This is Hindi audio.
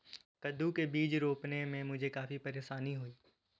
कद्दू के बीज रोपने में मुझे काफी परेशानी हुई